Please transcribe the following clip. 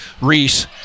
Reese